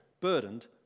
Burdened